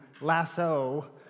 lasso